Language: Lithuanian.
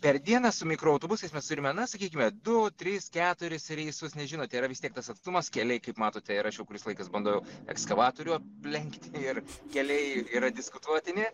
per dieną su mikroautobusais mes turime na sakykime du tris keturis reisus nes žinote yra vis tiek tas atstumas keliai kaip matote ir aš jau kuris laikas bandau jau ekskavatorių aplenkti ir keliai yra diskutuotini